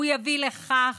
הוא יביא לכך